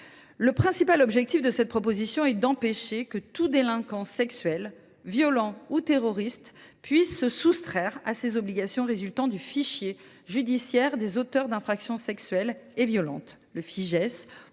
Le principal objectif de ce texte est d’empêcher que tout délinquant sexuel, violent ou terroriste puisse se soustraire aux obligations résultant de son inscription au fichier judiciaire des auteurs d’infractions sexuelles et violentes, le Fijais,